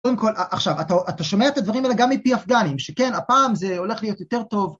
‫קודם כל, עכשיו, אתה שומע את הדברים האלה ‫גם מפי אפגנים, ‫שכן, הפעם זה הולך להיות יותר טוב.